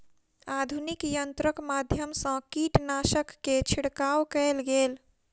आधुनिक यंत्रक माध्यम सँ कीटनाशक के छिड़काव कएल गेल